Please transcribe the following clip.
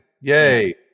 yay